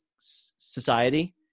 society